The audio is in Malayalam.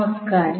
നമസ്കാരം